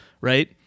right